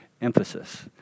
emphasis